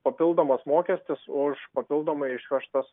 papildomas mokestis už papildomai išvežtas